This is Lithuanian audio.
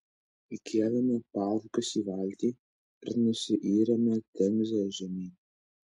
įkėlėme palaikus į valtį ir nusiyrėme temze žemyn